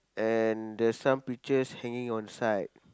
and there's some pictures hanging on the side